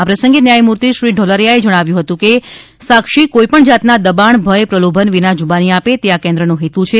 આ પ્રસંગે ન્યાયમૂર્તિ શ્રી ઢોલરીયાઓ જણાવ્યું હતું કે સાક્ષી કોઇપણ જાતના દબાણ ભય પ્રલોભન વિના જૂબાની આપે તે આ કેન્દ્રનો હેતુ છે